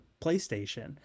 playstation